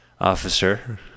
Officer